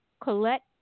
Colette